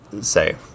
say